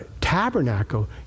tabernacle